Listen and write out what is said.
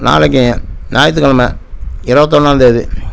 நாளைக்குங்க ஞாயித்துக்கிழம இருவத்தொன்னாந்தேதி